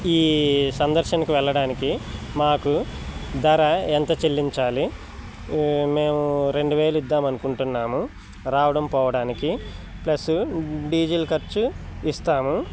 ఈ సందర్శనకి వెళ్ళడానికి మాకు ధర ఎంత చెల్లించాలి మేము రెండు వేలు ఇద్దాము అనుకుంటున్నాము రావడం పోవడానికి ప్లస్ డీజిల్ ఖర్చు ఇస్తాము